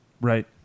Right